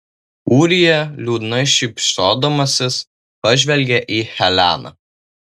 ūrija liūdnai šypsodamasis pažvelgė į heleną